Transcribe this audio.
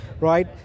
right